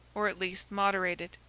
or at least moderated.